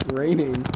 raining